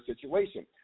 situation